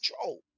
control